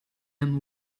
and